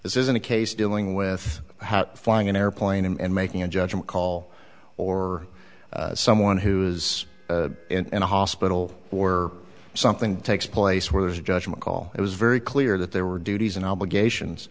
this isn't a case dealing with an airplane and making a judgment call or someone who is in a hospital or something takes place where there's a judgment call it was very clear that there were duties and obligations